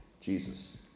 Jesus